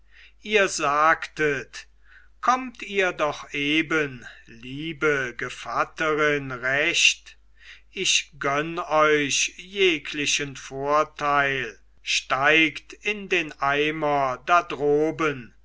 ihr sagtet kommt ihr doch eben liebe gevatterin recht ich gönn euch jeglichen vorteil steigt in den eimer da droben